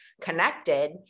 connected